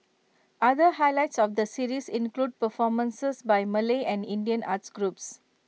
other highlights of the series include performances by Malay and Indian arts groups